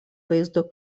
vaizdo